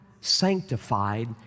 sanctified